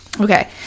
Okay